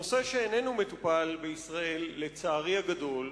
נושא שאיננו מטופל בישראל לצערי הגדול,